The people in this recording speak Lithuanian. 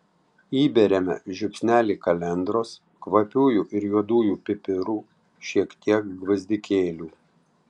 įberiame žiupsnelį kalendros kvapiųjų ir juodųjų pipirų šiek tiek gvazdikėlių